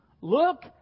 Look